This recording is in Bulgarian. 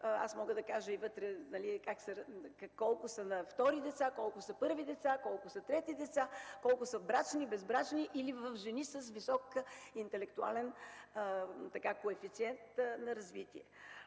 мога да кажа колко са втори деца, колко са първи деца, колко са трети деца, колко са брачни, безбрачни или при жени с висок интелектуален коефициент на развитие.